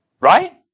Right